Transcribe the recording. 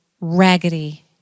raggedy